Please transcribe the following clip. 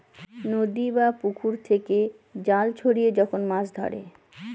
নদী বা পুকুর থেকে জাল ছড়িয়ে যখন মাছ ধরে